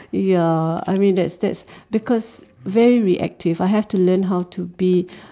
ya I mean that's that's because very reactive I have to learn how to be